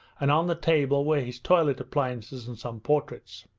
and on the table were his toilet appliances and some portraits.